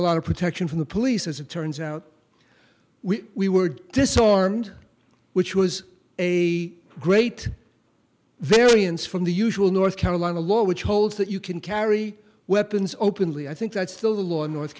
lot of protection from the police as it turns out we we were disarmed which was a great variance from the usual north carolina law which holds that you can carry weapons openly i think that's the law in north